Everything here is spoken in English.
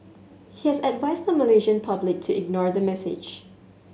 he has advised the Malaysian public to ignore the message